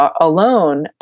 alone